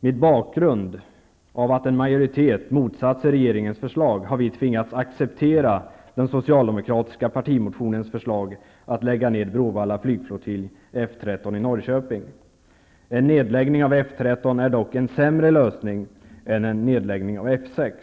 ''Med bakgrund av att en majoritet motsatt sig regeringens förslag har vi tvingats acceptera den socialdemokratiska partimotionens förslag att lägga ned Bråvalla flygflottilj F 13 i Norrköping. En nedläggning av F 13 är dock en sämre lösning än en nedläggning av F 6.